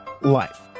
life